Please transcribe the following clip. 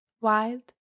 wild